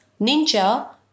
ninja